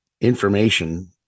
information